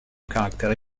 caractères